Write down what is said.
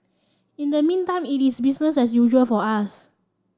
in the meantime it is business as usual for us